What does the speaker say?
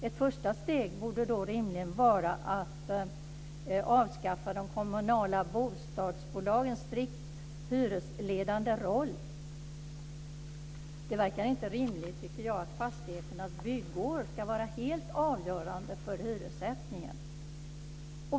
Ett första steg borde då rimligen vara att avskaffa de kommunala bostadsbolagens strikt hyresledande roll. Jag tycker inte att det verkar rimligt att fastigheternas byggår ska vara helt avgörande för hyressättningen.